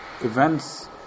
events